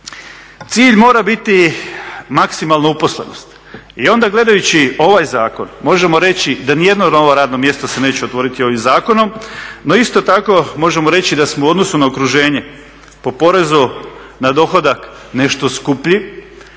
Cilj mora biti maksimalna uposlenost i onda gledajući ovaj zakon možemo reći da nijedno novo radno mjesto se neće otvoriti ovim zakonom, no isto tako možemo reći da smo u odnosu na okruženje po porezu na dohodak nešto skuplji.